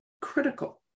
critical